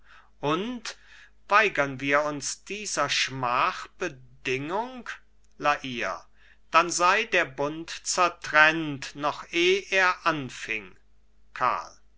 und weigern wir uns dieser schmachbedingung la hire dann sei der bund zertrennt noch eh er anfing karl